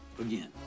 again